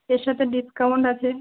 এর সাথে ডিসকাউন্ট আছে